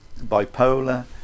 bipolar